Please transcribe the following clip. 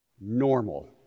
normal